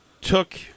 took